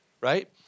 right